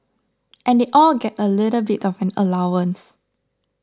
and all get a little bit of an allowance